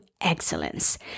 excellence